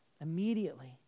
Immediately